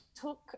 took